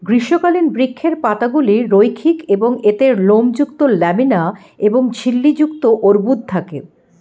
গ্রীষ্মকালীন বৃক্ষের পাতাগুলি রৈখিক এবং এতে লোমযুক্ত ল্যামিনা এবং ঝিল্লি যুক্ত অর্বুদ থাকে